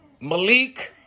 Malik